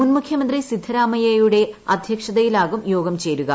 മുൻ മുഖ്യമന്ത്രി സിദ്ധരാമയ്യയുടെ അധ്യക്ഷതയിലാകും യോഗം ചേരുക